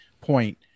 point